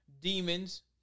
demons